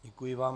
Děkuji vám.